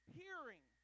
hearing